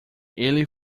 ele